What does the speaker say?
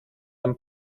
ein